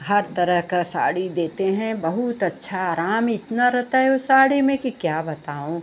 हर तरह की साड़ी देते हैं बहुत अच्छी आराम इतना रहता है ऊ साड़ी में कि क्या बताऊँ